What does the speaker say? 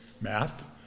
math